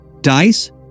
Dice